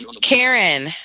Karen